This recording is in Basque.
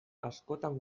askotan